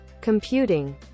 computing